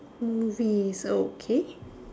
movies okay